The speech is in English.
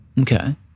Okay